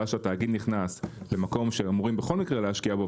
ואז כשהתאגיד נכנס למקום שאמורים בכל מקרה להשקיע בו,